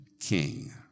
king